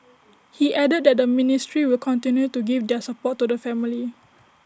he added that the ministry will continue to give their support to the family